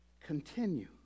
Continue